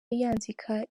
yanzika